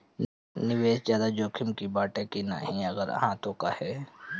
निवेस ज्यादा जोकिम बाटे कि नाहीं अगर हा तह काहे?